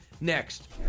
Next